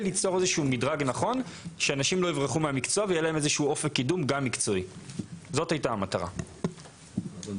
מי שיש לו תואר אקדמי הוא יכול להיות פרמדיק בכיר,